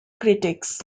critics